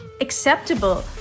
acceptable